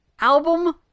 Album